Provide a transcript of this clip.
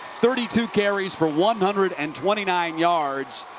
thirty two carries for one hundred and twenty nine yards.